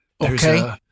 Okay